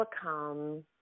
become